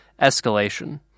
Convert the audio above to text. escalation